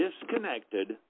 disconnected